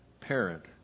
parent